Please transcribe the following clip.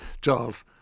Charles